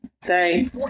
Sorry